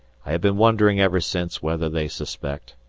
i have been wondering ever since whether they suspect,